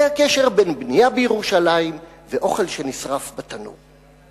זה הקשר בין בנייה בירושלים ואוכל שנשרף בתנור.